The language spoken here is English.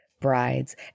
brides